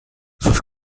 sus